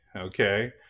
okay